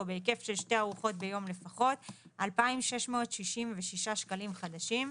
בהיקף של שתי ארוחות ביום לפחות - 2,666 שקלים חדשים.